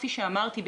כפי שאמרתי,